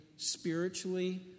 spiritually